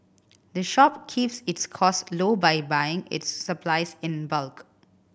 the shop keeps its cost low by buying its supplies in bulk